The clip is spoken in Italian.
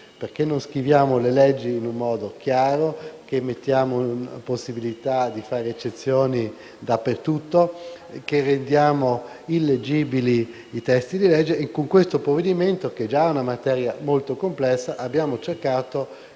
perché non scriviamo le leggi in modo chiaro, inseriamo la possibilità di fare eccezioni dappertutto e rendiamo illeggibili i testi di legge. Con questo provvedimento, che tratta già una materia molto complessa, abbiamo cercato